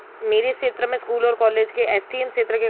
मेरे क्षेत्र मे स्कूल और कॉलेज के एसटीएम क्षेत्र के क्रम